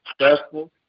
successful